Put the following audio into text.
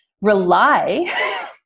rely